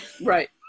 Right